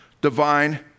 divine